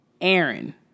Aaron